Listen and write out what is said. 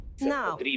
Now